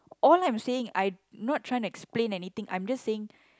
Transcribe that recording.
all I'm saying I not trying to explain anything I'm just saying